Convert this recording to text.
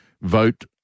vote